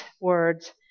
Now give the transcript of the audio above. words